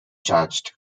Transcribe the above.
charged